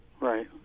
Right